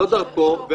זו דרכו.